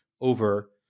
over